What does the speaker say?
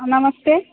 नमस्ते